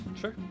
Sure